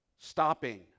Stopping